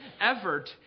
effort